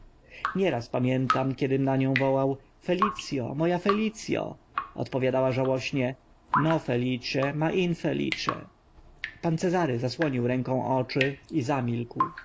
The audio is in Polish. nieraz pamiętam kiedym na nią wołał felic o mo a felic o odpowiadała żałośnie no felice ma infelice pan cezary zasłonił ręką oczy i zamilkł